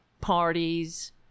parties